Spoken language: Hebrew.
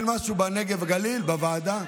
אין משהו בנגב וגליל בוועדה?